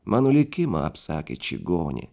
mano likimą apsakė čigonė